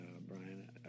Brian